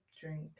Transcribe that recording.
Drink